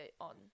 on